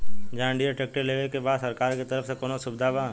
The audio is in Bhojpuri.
जॉन डियर ट्रैक्टर लेवे के बा सरकार के तरफ से कौनो सुविधा बा?